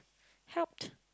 helped